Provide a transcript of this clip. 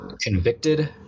convicted